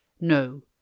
No